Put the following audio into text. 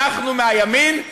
אנחנו מהימין,